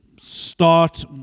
start